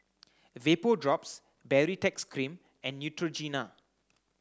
Vapodrops Baritex cream and Neutrogena